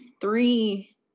three